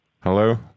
Hello